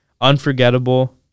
Unforgettable